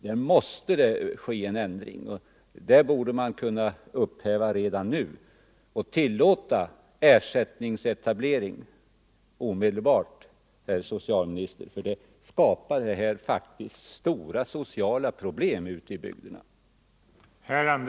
Där måste det bli en ändring; där borde etableringskontrollerna upphävas redan nu och ersättningsetablering införas omedelbart, herr socialminister, eftersom det nuvarande systemet skapar stora sociala problem ute i bygderna.